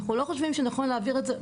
אנחנו לא חושבים שנכון להעביר את זה.